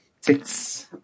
Six